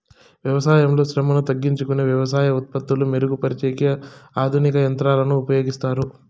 వ్యవసాయంలో శ్రమను తగ్గించుకొనేకి వ్యవసాయ ఉత్పత్తులు మెరుగు పరిచేకి ఆధునిక యంత్రాలను ఉపయోగిస్తారు